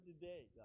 today